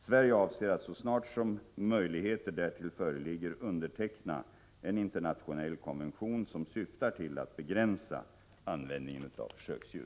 Sverige avser att så snart som möjligheter därtill föreligger underteckna en internationell konvention som syftar till att begränsa användningen av försöksdjur.